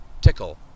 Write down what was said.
tickle